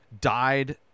died